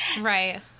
Right